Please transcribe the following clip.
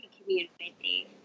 community